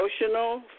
emotional